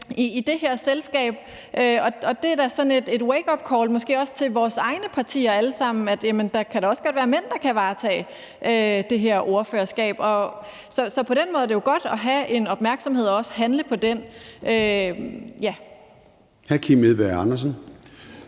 i det her selskab, og det er da sådan et wakeupcall, måske også til vores egne partier, i forhold til at der da også godt kan være mænd, der kan varetage det her ordførerskab. Så på den måde er det jo godt at have en opmærksomhed og også handle på den. Kl. 17:04 Formanden